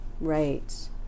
Right